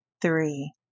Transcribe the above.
three